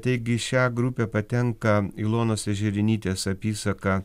taigi į šią grupę patenka ilonos ežerinytės apysaka